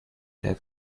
der